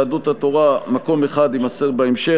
יהדות התורה: מקום אחד, יימסר בהמשך.